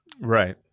Right